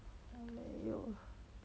!aiyo!